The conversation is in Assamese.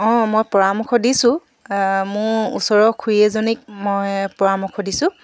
অঁ মই পৰামৰ্শ দিছোঁ মোৰ ওচৰৰ খুৰী এজনীক মই পৰামৰ্শ দিছোঁ